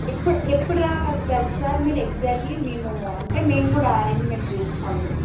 ఎప్పుడు ఎప్పుడు రాగలుగుతారు సార్ మీరు ఎగ్సాక్ట్లీ మేము అంటే మేం గూడా అరేంజ్మెంట్ చేసుకోవాలి కదా